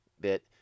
bit